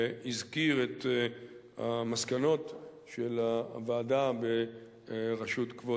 הזכיר את המסקנות של הוועדה בראשות כבוד